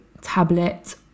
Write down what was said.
tablet